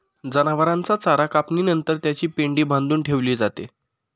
जनावरांचा चारा कापणी नंतर त्याची पेंढी बांधून ठेवली जाते